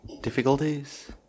difficulties